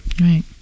Right